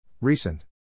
Recent